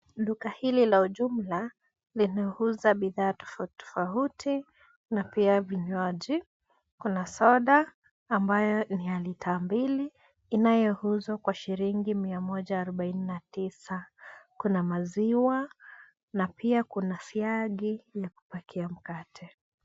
Duka hili la ujumla linauza bidhaa tofauti tofauti na pia vinywaji. Kuna soda ambayo ni ya lita mbili, inayouzwa kwa shilingi mia moja arobaini na tisa. Kuna maziwa na pia kuna syagi ya kupakia mkate.